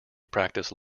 practice